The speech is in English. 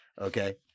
Okay